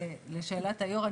לשאלת היו"ר,